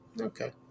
Okay